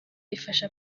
bifasha